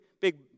big